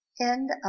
End